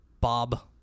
Bob